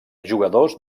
jugadors